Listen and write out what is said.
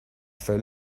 fait